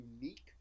unique